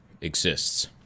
exists